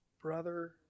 brother